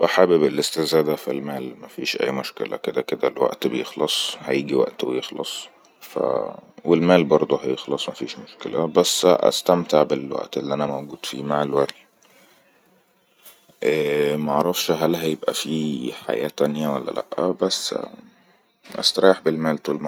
حابب-حابب الاستزادة فالمال مفيش اي مشكلة كدا كدا الوئت بيخلص هيجي وأته ويخلص ف و المال برضو هيخلص مفيش مشكلة بس استمتع بالوأت اللي انا موجود فيه مع المال اممم معرفش هل هيبئا في حياة تانيه ولا لا بس استريح بالمال طول منا